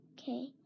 Okay